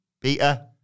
Peter